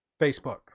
facebook